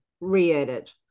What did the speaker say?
re-edit